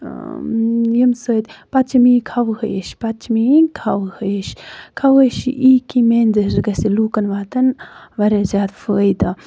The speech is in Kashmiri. اۭں ییٚمہِ سۭتۍ پَتہٕ چھِ میٲنۍ خوٲہش پَتہٕ چھِ میٲنۍ خَوٲہش خَوٲہش چھےٚ یی کہِ میانہِ ذٔریعہِ گژھِ لُکَن واتُن واریاہ زیادٕ فٲیدٕ